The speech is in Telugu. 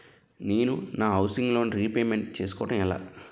నేను నా హౌసిగ్ లోన్ రీపేమెంట్ చేసుకోవటం ఎలా?